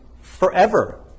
forever